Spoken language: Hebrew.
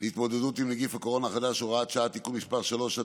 להתמודדות עם נגיף הקורונה החדש (הוראת שעה) (תיקון מס' 3),